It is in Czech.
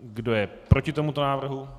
Kdo je proti tomuto návrhu?